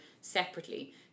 separately